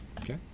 Okay